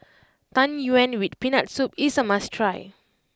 Tang Yuen with Peanut Soup is a must try